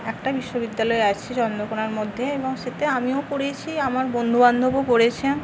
একটা বিশ্ববিদ্যালয় আছে চন্দ্রকোণার মধ্যে এবং সেটাতে আমিও পড়েছি আমার বন্ধুবান্ধবও পড়েছে